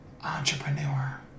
entrepreneur